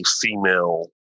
female